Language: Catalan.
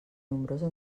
nombrosa